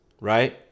right